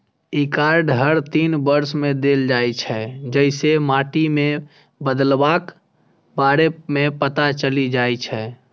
ई card हर तीन वर्ष मे देल जाइ छै, जइसे माटि मे बदलावक बारे मे पता चलि जाइ छै